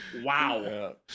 Wow